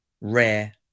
rare